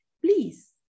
Please